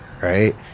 right